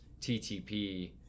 TTP